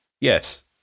Yes